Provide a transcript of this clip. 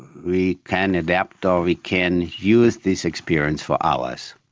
we can adapt or we can use this experience for ours.